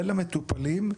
ולמטופלים,